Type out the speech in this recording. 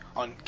on